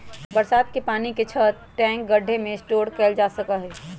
बरसात के पानी के छत, टैंक, गढ्ढे में स्टोर कइल जा सका हई